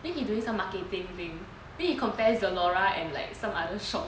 then he doing some marketing thing then he compare Zalora and like some other shop